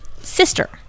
sister